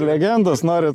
legendos norit